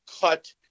cut